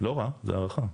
לא רע, זו הערכה.